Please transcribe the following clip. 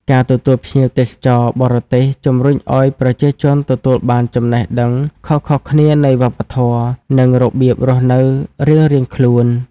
ការទទួលភ្ញៀវទេសចរបរទេសជំរុញឲ្យប្រជាជនទទួលបានចំណរះដឹងខុសៗគ្នានៃវប្បធម៌ និងរបៀបរស់នៅរៀងៗខ្លួន។